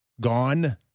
gone